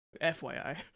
fyi